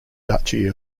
duchy